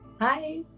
Hi